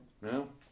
No